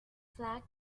flag